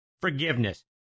forgiveness